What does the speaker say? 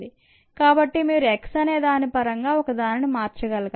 కాబట్టి మీరు x అనే దాని పరంగా ఒక దానిని మార్చగలగాలి